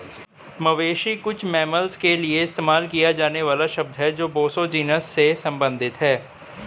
मवेशी कुछ मैमल्स के लिए इस्तेमाल किया जाने वाला शब्द है जो बोसो जीनस से संबंधित हैं